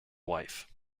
wife